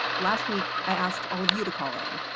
last week, i asked all of you to call in,